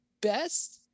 best